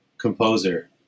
composer